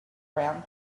round